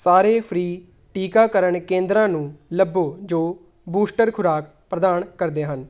ਸਾਰੇ ਫ੍ਰੀ ਟੀਕਾਕਰਨ ਕੇਂਦਰਾਂ ਨੂੰ ਲੱਭੋ ਜੋ ਬੂਸਟਰ ਖੁਰਾਕ ਪ੍ਰਦਾਨ ਕਰਦੇ ਹਨ